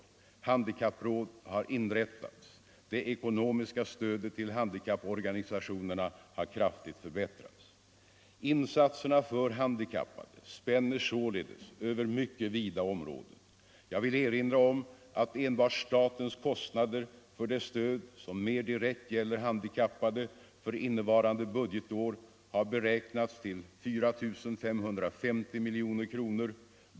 Han — Sänkning av den dikappråd har inrättats. Det ekonomiska stödet till handikapporganisa — allmänna pensionstionerna har kraftigt förbättrats. åldern, m.m. Insatserna för handikappade spänner således över mycket vida områden. Jag vill erinra om att enbart statens kostnader för det stöd som mer direkt gäller handikappade för innevarande budgetår har beräknats till 4 550 miljoner kronor.